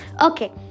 Okay